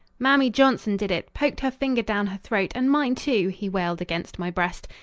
mamie johnson did it poked her finger down her throat and mine, too, he wailed against my breast.